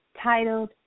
titled